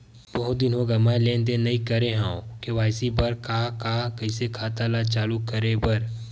बहुत दिन हो गए मैं लेनदेन नई करे हाव के.वाई.सी बर का का कइसे खाता ला चालू करेबर?